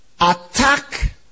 Attack